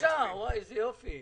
מבחינתי,